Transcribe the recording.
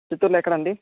చిత్తూరులో ఎక్కడండి